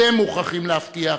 אתם מוכרחים להבטיח,